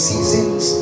Seasons